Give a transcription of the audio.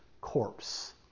corpse